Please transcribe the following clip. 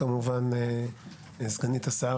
סגנית השר,